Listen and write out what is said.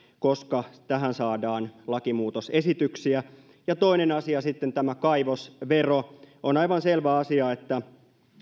koska tähän saadaan lakimuutosesityksiä toinen asia on sitten tämä kaivosvero on aivan selvä asia että